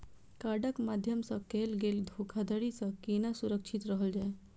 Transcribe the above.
कार्डक माध्यम सँ कैल गेल धोखाधड़ी सँ केना सुरक्षित रहल जाए?